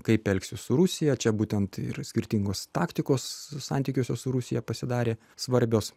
kaip elgsis su rusija čia būtent ir skirtingos taktikos santykiuose su rusija pasidarė svarbios